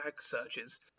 searches